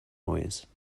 noise